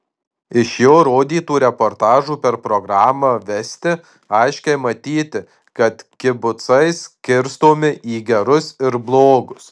iš jo rodytų reportažų per programą vesti aiškiai matyti kad kibucai skirstomi į gerus ir blogus